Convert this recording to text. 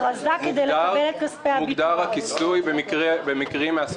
בכל מקרה,